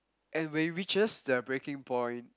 and when it reaches the breaking point